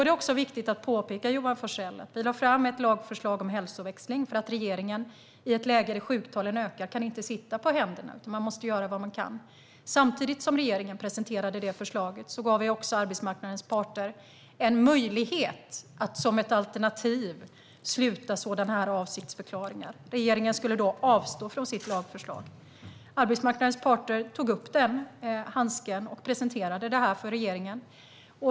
Det är viktigt att påpeka, Johan Forssell, att vi lade fram ett lagförslag om hälsoväxling för att regeringen i ett läge då sjuktalen ökar inte kan sitta på händerna, utan man måste göra vad man kan. Samtidigt som regeringen presenterade det förslaget gav vi också arbetsmarknadens parter en möjlighet att som ett alternativ sluta sådana här avsiktsförklaringar. Regeringen skulle då avstå från sitt lagförslag. Arbetsmarknadens parter tog upp den kastade handsken och presenterade det här för regeringen.